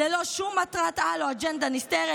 ללא שום מטרת-על או אג'נדה נסתרת.